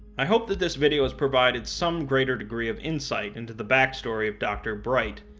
i hope that this video has provided some greater degree of insight into the backstory of dr. bright,